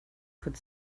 could